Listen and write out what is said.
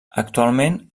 actualment